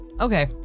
Okay